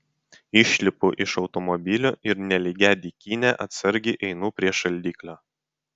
išlipu iš automobilio ir nelygia dykyne atsargiai einu prie šaldiklio